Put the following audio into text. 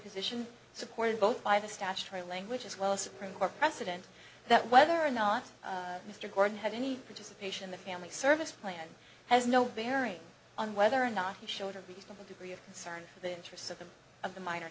position supported both by the statutory language as well as supreme court precedent that whether or not mr gordon had any which is a patient the family service plan has no bearing on whether or not he showed a reasonable degree of concern for the interests of the of the minor